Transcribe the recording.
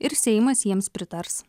ir seimas jiems pritars